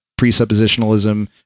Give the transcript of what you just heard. presuppositionalism